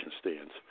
stands